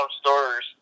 stores